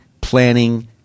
planning